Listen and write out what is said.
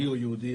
מיהו יהודי?